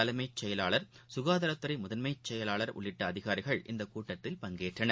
தலைமைச் செயலாளர் சுகாதாரத்துறைமுதன்மைச் செயலாளர் உள்ளிட்டஅதிகாரிகள் இந்தக் கூட்டத்தில் பங்கேற்றனர்